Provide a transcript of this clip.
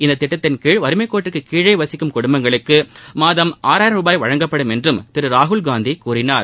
இத்திட்டத்தின் கீழ் வறுமைக்கேட்டிற்கு கீழ் வசிக்கும் குடும்பங்களுக்கு மாதம் ஆறாயிரம் ரூபாய் வழங்கப்படும் என்றும் திரு ராகுல்காந்தி கூறினார்